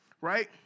right